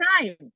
time